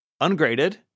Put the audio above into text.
ungraded